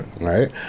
right